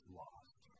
lost